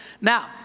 Now